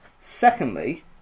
Secondly